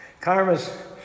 Karma's